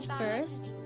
first,